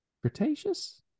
Cretaceous